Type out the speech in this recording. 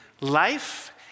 Life